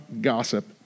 gossip